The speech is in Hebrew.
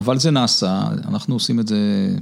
אבל זה נעשה, אנחנו עושים את זה...